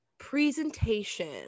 presentation